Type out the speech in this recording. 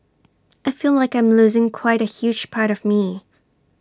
I feel like I'm losing quite A huge part of me